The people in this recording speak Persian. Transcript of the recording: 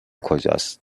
کجاست